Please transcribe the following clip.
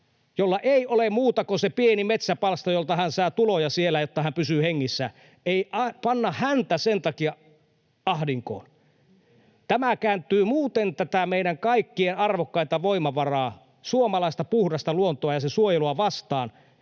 jolla ei ole muuta kuin se pieni metsäpalsta, jolta hän saa tuloja siellä, jotta hän pysyy hengissä, ei panna häntä sen takia ahdinkoon. Tämä kääntyy muuten tätä meidän kaikkien arvokkainta voimavaraa, suomalaista puhdasta luontoa ja sen suojelua, vastaan,